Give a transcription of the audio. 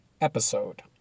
episode